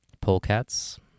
Polecats